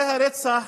ימנים, מזרחים,